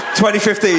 2015